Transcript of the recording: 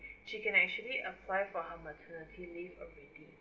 she can actually apply for her maternity leave already